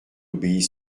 obéit